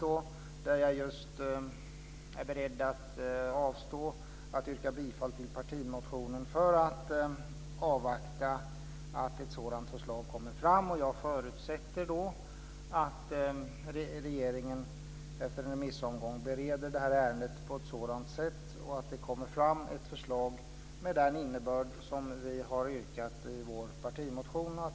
Jag säger där att jag är beredd att avstå från att yrka bifall till partimotionen och avvakta att ett sådant förslag kommer fram. Jag förutsätter att regeringen efter remissomgången bereder ärendet på ett sådant sätt att det kommer fram ett förslag med den innebörd som vi har yrkat i vår partimotion.